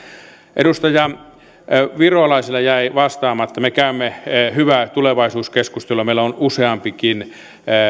edustaja virolaiselle jäi vastaamatta me käymme hyvää tulevaisuuskeskustelua meillä on useampikin